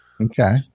okay